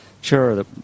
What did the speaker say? Sure